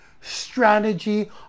strategy